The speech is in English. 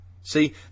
See